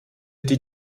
die